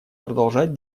продолжать